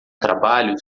trabalho